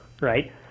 right